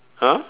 !huh!